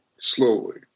slowly